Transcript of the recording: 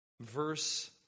verse